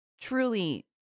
truly